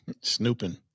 Snooping